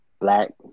Black